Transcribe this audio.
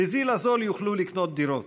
בזיל הזול יוכלו לקנות דירות.